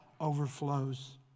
overflows